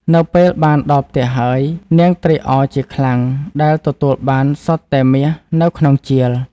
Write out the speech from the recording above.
នៅពេលបានដល់ផ្ទះហើយ នាងត្រេកអរជាខ្លាំងដែលទទួលបានសុទ្ធតែមាសនៅក្នុងជាល។